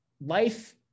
life